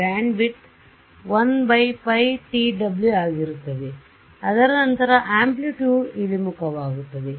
band width 1πtw ಆಗಿರುತ್ತದೆ ಅದರ ನಂತರ ಅಂಪ್ಲಿಟ್ಯೂಡ್ ಇಳಿಮುಖವಾಗುತ್ತದೆ